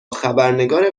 خبرنگار